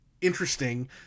interesting